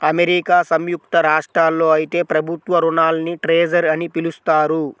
America సంయుక్త రాష్ట్రాల్లో అయితే ప్రభుత్వ రుణాల్ని ట్రెజర్ అని పిలుస్తారు